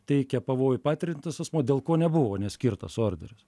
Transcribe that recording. teikė pavojų patiriantis asmuo dėl ko nebuvo neskirtas orderis